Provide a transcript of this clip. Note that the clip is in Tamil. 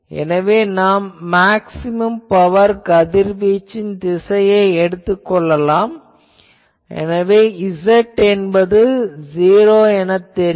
எனவே நாம் மேக்ஸ்சிமம் பவர் கதிர்வீச்சின் திசையை எடுத்துக் கொள்ளலாம் எனவே z என்பது '0' எனத் தெரியும்